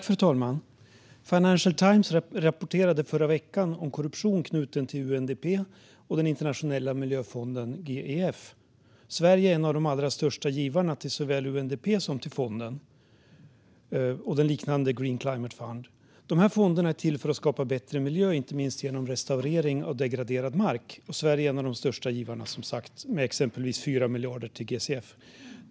Fru talman! Financial Times rapporterade förra veckan om korruption knuten till UNDP och den internationella miljöfonden GEF. Sverige är en av de allra största givarna såväl till UNDP som till fonden och den liknande Green Climate Fund. Dessa fonder är till för att skapa bättre miljö, inte minst genom restaurering av degraderad mark. Sverige är en av de största givarna, som sagt, med exempelvis 4 miljarder till GCF.